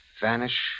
Vanish